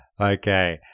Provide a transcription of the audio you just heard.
Okay